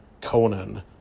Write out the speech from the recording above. conan